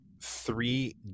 three